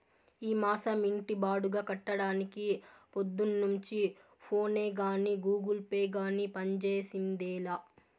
ఈ మాసం ఇంటి బాడుగ కట్టడానికి పొద్దున్నుంచి ఫోనే గానీ, గూగుల్ పే గానీ పంజేసిందేలా